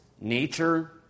nature